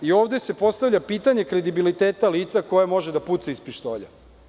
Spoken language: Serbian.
I ovde se postavlja pitanje kredibiliteta lica koje može da puca iz pištolja.